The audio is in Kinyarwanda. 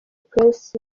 press